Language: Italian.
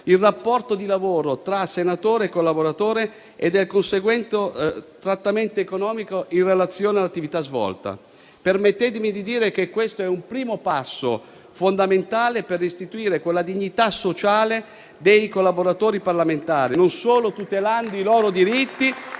il rapporto di lavoro tra senatore e collaboratore e il conseguente trattamento economico in relazione all'attività svolta. Permettetemi di dire che questo è un primo passo fondamentale per restituire dignità sociale ai collaboratori parlamentari, non solo tutelando i loro diritti,